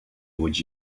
would